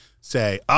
say